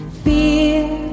fear